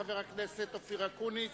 חבר הכנסת אופיר אקוניס,